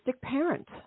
parent